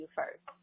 first